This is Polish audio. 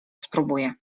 spróbuję